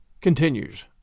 continues